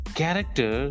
character